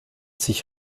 sich